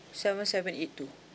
seven seven eight two